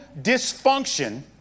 dysfunction